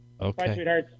okay